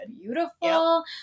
beautiful